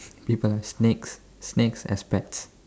people have snakes snakes as pets